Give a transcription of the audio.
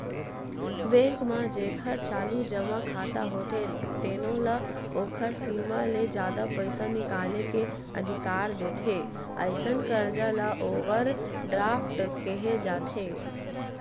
bank म जेखर चालू जमा खाता होथे तेनो ल ओखर सीमा ले जादा पइसा निकाले के अधिकार देथे, अइसन करजा ल ओवर ड्राफ्ट केहे जाथे